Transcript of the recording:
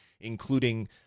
including